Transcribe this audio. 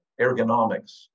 ergonomics